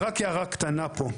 ורק הערה קטנה פה.